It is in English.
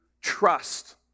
trust